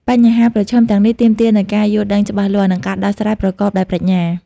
បញ្ហាប្រឈមទាំងនេះទាមទារនូវការយល់ដឹងច្បាស់លាស់ និងការដោះស្រាយប្រកបដោយប្រាជ្ញា។